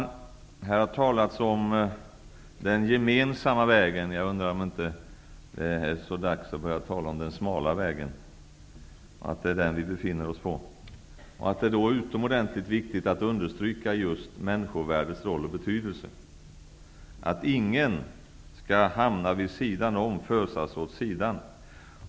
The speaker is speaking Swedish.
Det har här talats om den gemensamma vägen. Jag undrar om det inte är dags att börja tala om den smala vägen och om det är den vi befinner oss på. Det är utomordentligt viktigt att understryka människovärdets roll och betydelse. Ingen skall hamna vid sidan om eller fösas åt sidan.